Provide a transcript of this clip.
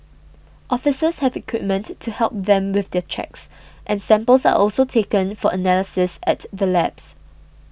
officers have equipment to help them with the checks and samples are also taken for analysis at the labs